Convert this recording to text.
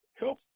Help